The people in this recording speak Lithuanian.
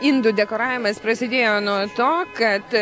indų dekoravimas prasidėjo nuo to kad